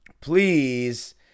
please